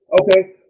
Okay